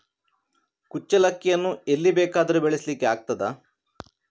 ಕುಚ್ಚಲಕ್ಕಿಯನ್ನು ಎಲ್ಲಿ ಬೇಕಾದರೂ ಬೆಳೆಸ್ಲಿಕ್ಕೆ ಆಗ್ತದ?